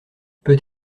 peut